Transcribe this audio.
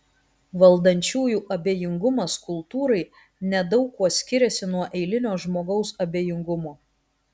valdančiųjų abejingumas kultūrai nedaug kuo skiriasi nuo eilinio žmogaus abejingumo